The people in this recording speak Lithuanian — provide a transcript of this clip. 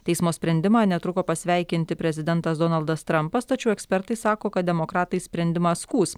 teismo sprendimą netruko pasveikinti prezidentas donaldas trampas tačiau ekspertai sako kad demokratai sprendimą skųs